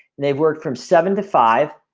they've worked from seven to. five